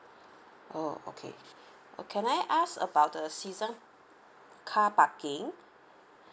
oh okay or can I ask about the season car parking